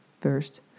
first